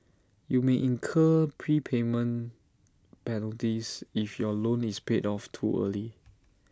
you may incur prepayment penalties if your loan is paid off too early